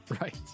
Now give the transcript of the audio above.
Right